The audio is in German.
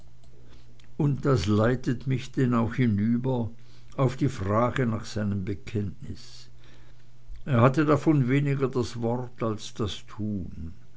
und das leitet mich denn auch hinüber auf die frage nach seinem bekenntnis er hatte davon weniger das wort als das tun